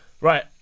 Right